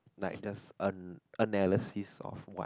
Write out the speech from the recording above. like does an analysis of what